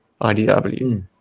IDW